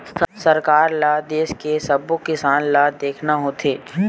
सरकार ल देस के सब्बो किसान ल देखना होथे